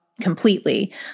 completely